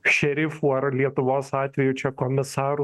šerifų ar lietuvos atveju čia komisarų